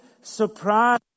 surprise